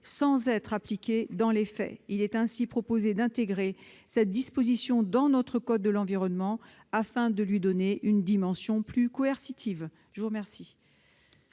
soit appliqué dans les faits. Il est donc proposé d'intégrer cette disposition dans le code de l'environnement afin de lui donner une dimension plus coercitive. La parole